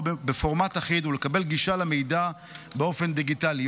בפורמט אחיד ולקבל גישה למידע באופן דיגיטלי.